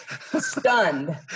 stunned